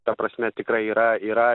ta prasme tikrai yra yra